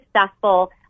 successful